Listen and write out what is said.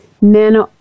men